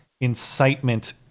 incitement